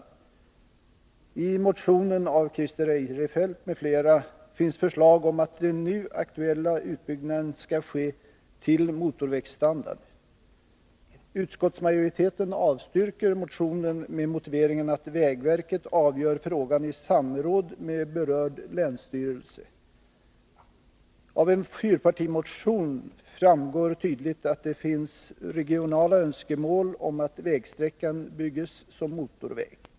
I motionen 1982 83:72 framgår tydligt att det finns regionala önskemål om att vägsträckan byggs som motorväg.